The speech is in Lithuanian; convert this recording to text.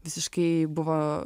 visiškai buvo